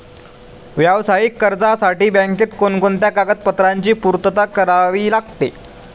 व्यावसायिक कर्जासाठी बँकेत कोणकोणत्या कागदपत्रांची पूर्तता करावी लागते?